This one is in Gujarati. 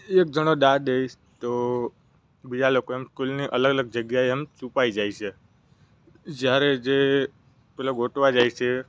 એક જણો દા દઈશ તો બીજા લોકો એમ સ્કૂલની અલગ અલગ જગ્યાએ એમ છુપાઈ જાય છે જ્યારે જે પેલો ગોતવા જાય છે